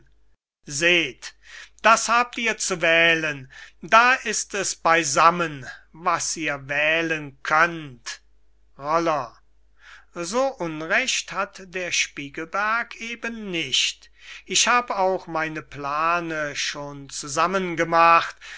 seht das habt ihr zu wählen da ist es beysammen was ihr wählen könnt roller so unrecht hat der spiegelberg eben nicht ich hab auch meine plane schon